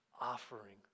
offering